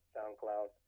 SoundCloud